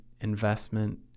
investment